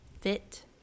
fit